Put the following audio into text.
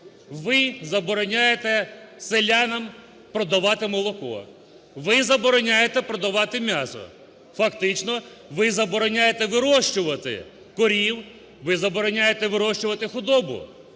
ви забороняєте селянам продавати молоко, ви забороняєте продавати м'ясо. Фактично ви забороняєте вирощувати корів, ви забороняєте вирощувати худобу.